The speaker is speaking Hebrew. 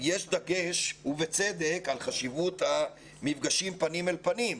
יש דגש, ובצדק, על חשיבות המפגשים פנים אל פנים.